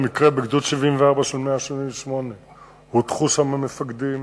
המקרה בגדוד 74 של חטיבה 188. הודחו שם מפקדים,